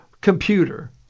computer